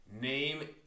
Name